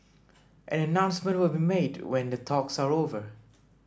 an announcement will be made when the talks are over